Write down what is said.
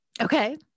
Okay